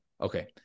Okay